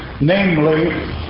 namely